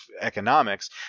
economics